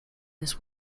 this